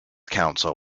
council